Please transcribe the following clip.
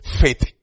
faith